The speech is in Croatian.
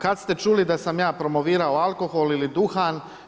Kad ste čuli da sam ja promovirao alkohol ili duhan?